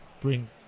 bring